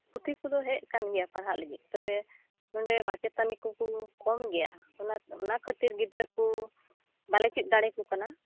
ᱯᱩᱛᱷᱤ ᱠᱚᱫᱚ ᱦᱮᱡ ᱟᱠᱟᱱ ᱜᱮᱭᱟ ᱯᱟᱲᱦᱟᱜ ᱞᱟᱹᱜᱤᱫ ᱛᱚᱵᱮ ᱱᱚᱸᱰᱮ ᱢᱟᱪᱮᱛᱟᱱᱤ ᱠᱚᱠᱚ ᱠᱚᱢ ᱜᱮᱭᱟ ᱚᱱᱟ ᱚᱱᱟᱠᱷᱟᱹᱛᱤᱨ ᱜᱤᱫᱽᱨᱟᱹ ᱠᱚ ᱵᱟᱞᱮ ᱪᱮᱫ ᱫᱟᱲᱮ ᱟᱠᱚ ᱠᱟᱱᱟ